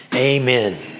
Amen